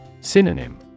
Synonym